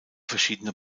verschiedene